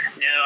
No